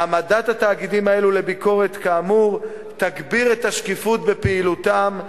העמדת התאגידים האלה לביקורת כאמור תגביר את השקיפות בפעילותם,